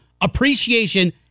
appreciation